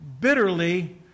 bitterly